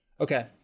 Okay